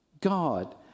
God